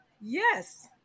yes